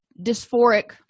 dysphoric